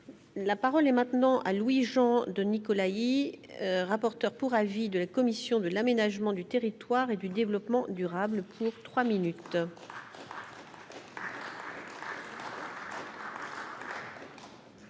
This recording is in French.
La parole est maintenant à Louis-Jean de Nicolaï, rapporteur pour avis de la commission de l'aménagement du territoire et du développement durable pour 3 minutes.